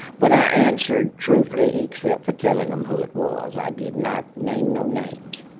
but i answered truthfully except for telling them who it was i did not name no names,